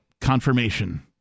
Confirmation